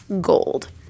gold